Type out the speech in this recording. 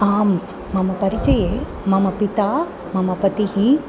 आम् मम परिचये मम पिता मम पतिः